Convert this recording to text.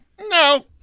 No